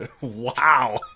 wow